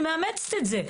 אני מאמצת את זה.